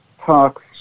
talks